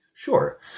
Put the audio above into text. Sure